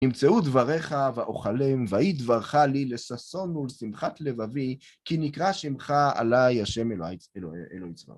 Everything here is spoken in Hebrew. ״נמצאו דבריך ואוכלם, והיא דברך לי לששון ולשמחת לבבי, כי נקרא שמך עליי ה' אלוהי צבא״.